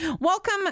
welcome